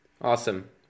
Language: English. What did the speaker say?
Awesome